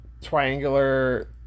triangular